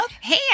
Hey